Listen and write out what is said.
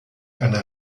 einer